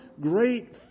great